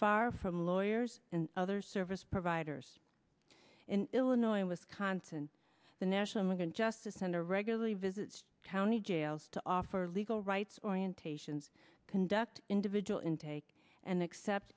far from lawyers and other service providers in illinois and wisconsin the national guard justice center regularly visits county jails to offer legal rights orientations conduct individual intake and accept